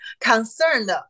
concerned